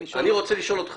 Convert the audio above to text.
רוצה לשאול אותך,